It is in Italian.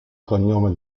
cognome